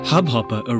Hubhopper